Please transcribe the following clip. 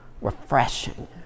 refreshing